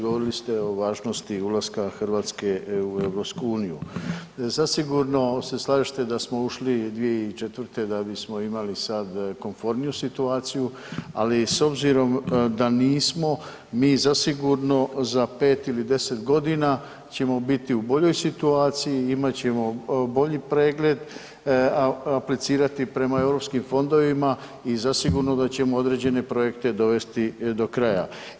Govorili ste o važnosti ulaska Hrvatske u EU, zasigurno se slažete da smo ušli 2004. da bismo imali sad komforniju situaciju, ali s obzirom da nismo mi zasigurno za pet ili deset godina ćemo biti u boljoj situaciji, imat ćemo bolji pregled, aplicirati prema europskim fondovima i zasigurno da ćemo određene projekte dovesti do kraja.